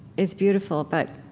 is beautiful, but